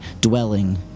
dwelling